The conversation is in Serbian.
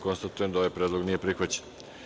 Konstatujem da ovaj predlog nije prihvaćen.